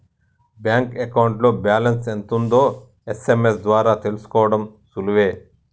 bank అకౌంట్లో balance ఎంత ఉందో ఎస్.ఎం.ఎస్ ద్వారా తెలుసుకోడం సులువే